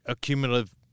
cumulative